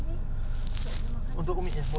tengah discounted heavily